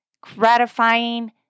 gratifying